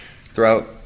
throughout